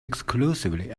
exclusively